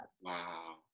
wow